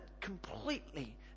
completely